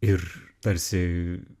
ir tarsi